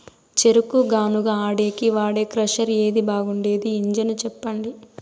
చెరుకు గానుగ ఆడేకి వాడే క్రషర్ ఏది బాగుండేది ఇంజను చెప్పండి?